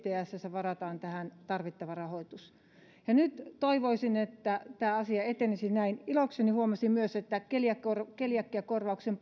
jtsssä varataan tähän tarvittava rahoitus nyt toivoisin että tämä asia etenisi näin ilokseni huomasin myös että keliakiakorvauksen